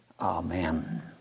amen